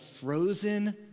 frozen